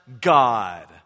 God